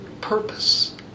purpose